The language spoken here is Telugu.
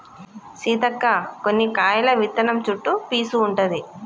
సీతక్క కొన్ని కాయల విత్తనం చుట్టు పీసు ఉంటది